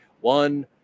one –